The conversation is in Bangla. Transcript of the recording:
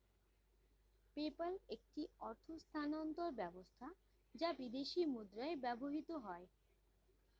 পেপ্যাল একটি অর্থ স্থানান্তর ব্যবস্থা যা বিদেশী মুদ্রায় ব্যবহৃত হয়